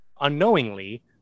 unknowingly